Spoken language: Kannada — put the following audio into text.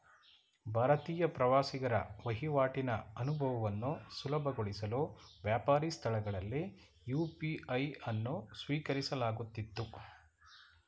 ಭಾರತೀಯ ಪ್ರವಾಸಿಗರ ವಹಿವಾಟಿನ ಅನುಭವವನ್ನು ಸುಲಭಗೊಳಿಸಲು ವ್ಯಾಪಾರಿ ಸ್ಥಳಗಳಲ್ಲಿ ಯು.ಪಿ.ಐ ಅನ್ನು ಸ್ವೀಕರಿಸಲಾಗುತ್ತಿತ್ತು